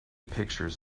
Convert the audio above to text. pictures